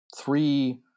three